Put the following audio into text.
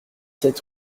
sept